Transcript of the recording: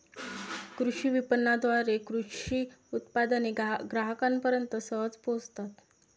कृषी विपणनाद्वारे कृषी उत्पादने ग्राहकांपर्यंत सहज पोहोचतात